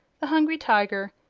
the hungry tiger,